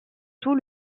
tout